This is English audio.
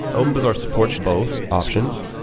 openbazaar supports both options.